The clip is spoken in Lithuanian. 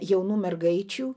jaunų mergaičių